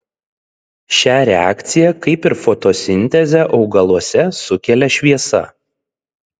šią reakciją kaip ir fotosintezę augaluose sukelia šviesa